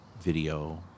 video